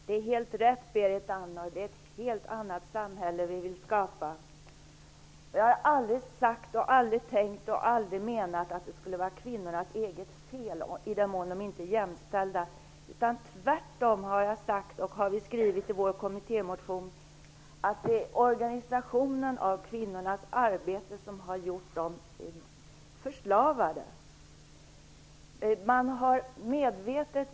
Herr talman! Det är helt rätt att vi vill skapa ett helt annat samhälle. Jag har aldrig sagt, aldrig tänkt och aldrig menat att det skulle vara kvinnornas eget fel i den mån de inte är jämställda, tvärtom. Jag har sagt och vi har skrivit i vår kommittémotion att det är organisationen av kvinnornas arbete som har gjort dem förslavade.